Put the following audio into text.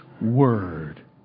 word